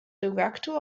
director